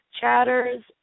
Chatters